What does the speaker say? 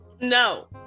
No